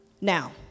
Now